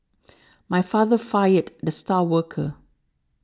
my father fired the star worker